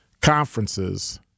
conferences